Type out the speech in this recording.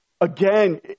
again